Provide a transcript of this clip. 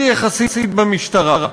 תיעשה על-ידי קצין בכיר יחסית במשטרה.